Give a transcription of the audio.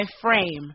frame